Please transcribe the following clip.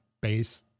base